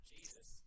Jesus